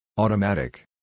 Automatic